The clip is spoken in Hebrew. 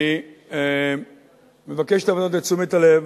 אני מבקש להפנות את תשומת הלב